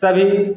सभी